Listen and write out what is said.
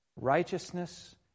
Righteousness